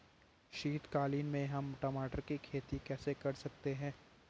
शीतकालीन में हम टमाटर की खेती कैसे कर सकते हैं?